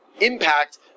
impact